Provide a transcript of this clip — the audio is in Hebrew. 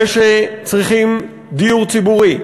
אלה שצריכים דיור ציבורי,